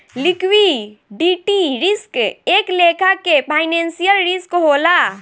liquidity risk एक लेखा के फाइनेंशियल रिस्क होला